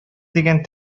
дигән